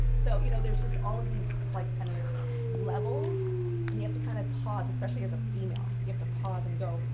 so, you know, there's just all of these like kind of levels and you have to kind of pause, especially as a female, you have to pause and go,